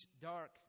dark